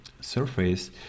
surface